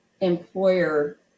employer